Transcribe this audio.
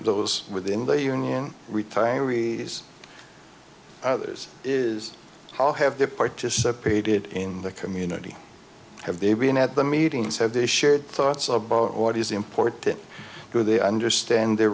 those within the union retirees others is how have they participated in the community have they been at the meetings have they shared thoughts about what is important do they understand the